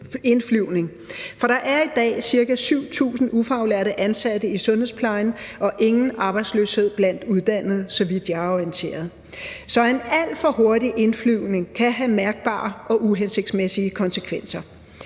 Der er i dag ca. 7.000 ufaglærte ansatte i sundhedsplejen og ingen arbejdsløshed blandt uddannede, så vidt jeg er orienteret. Så en alt for hurtig indflyvning kan have mærkbare og uhensigtsmæssige konsekvenser.